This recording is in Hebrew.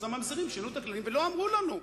אז הממזרים שינו את הכללים ולא אמרו לנו.